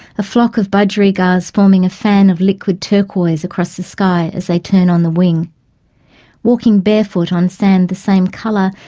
a flock of budgerigars forming a fan of liquid turquoise across the sky as they turn on the wing walking barefoot on sand the same colour,